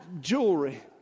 jewelry